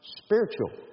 spiritual